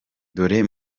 dore